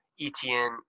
ETN